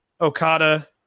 Okada